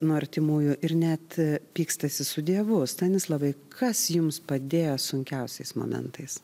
nuo artimųjų ir net pykstasi su dievu stanislavai kas jums padėjo sunkiausiais momentais